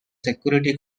security